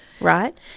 Right